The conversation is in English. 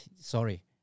sorry